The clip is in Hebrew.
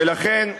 ולכן,